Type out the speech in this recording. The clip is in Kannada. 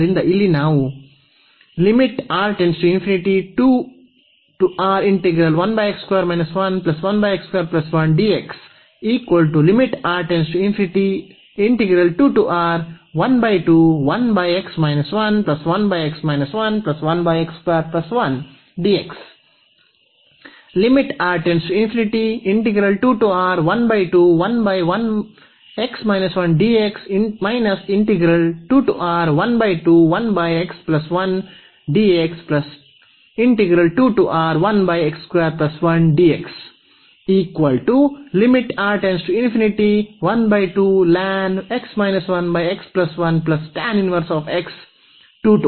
ಆದ್ದರಿಂದ ಇಲ್ಲಿ ನಾವು ಇದನ್ನು ಹೊಂದಿದ್ದೇವೆ